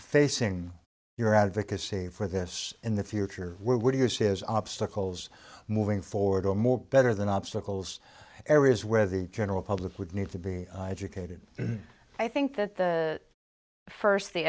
facing your advocacy for this in the future what do you see as obstacles moving forward or more better than obstacles areas where the general public would need to be educated and i think that the first the